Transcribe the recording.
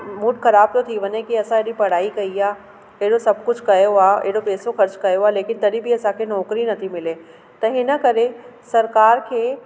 mood ख़राब थो थी वञे की असां एॾी पढ़ाई कई आहे अहिड़ो सभु कुझु कयो आहे एॾो पेसो ख़र्चु कयो आहे लेकिन तॾहिं बि असांखे नौकिरी नथी मिले त हिन करे सरकार खे